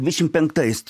dvidešim penktais